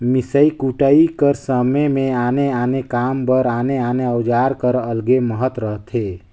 मिसई कुटई कर समे मे आने आने काम बर आने आने अउजार कर अलगे महत रहथे